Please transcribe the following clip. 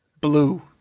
Blue